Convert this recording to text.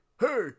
hey